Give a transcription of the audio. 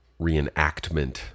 reenactment